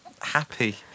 happy